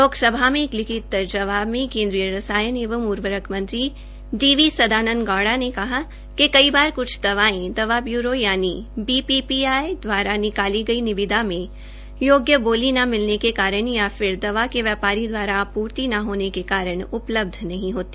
लोकसभा में एक लिखित जवाब में केन्द्रीय रसायन एवं उर्वरक मंत्री डी वी सदानंद गौड़ा ने कहा कि कई बार कुछ दवायें दवा ब्यूरो यानि बीपीपीआई दवारा निकाली गई निविदा में योग्य बोली न मिलने के कारण या फिर दवा के व्यापारी द्वारा आपूर्ति ने होने के कारण उपलब्ध नहीं होगी